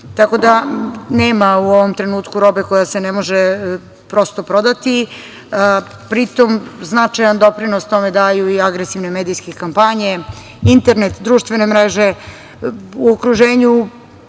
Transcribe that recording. tako da nema u ovom trenutku robe koja se ne može prosto prodati, pri tome značajan doprinos tome daju i agresivne medijske kampanje, internet, društvene mreže.